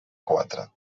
quatre